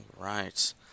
right